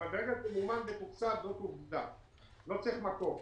אבל ברגע שמומן ותוקצב זו עובדה, לא צריך מקור.